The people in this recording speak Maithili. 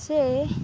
जे